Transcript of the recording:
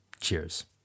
Cheers